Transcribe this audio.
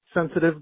sensitive